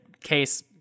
case